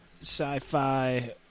sci-fi